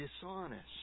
dishonest